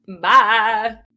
Bye